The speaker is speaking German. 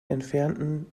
entfernten